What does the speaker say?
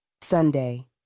Sunday